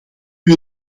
wil